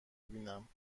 بیینم